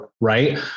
Right